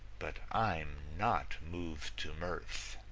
but i'm not moved to mirth.